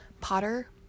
Potter